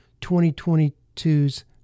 2022's